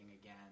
again